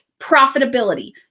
profitability